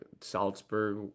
Salzburg